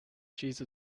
cheese